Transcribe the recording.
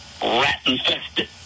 rat-infested